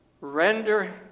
render